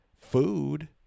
food